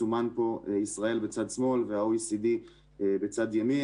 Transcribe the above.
מסומנת פה ישראל בצד שמאל וה-OECD בצד ימין,